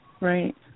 Right